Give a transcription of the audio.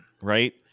Right